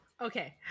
okay